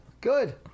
good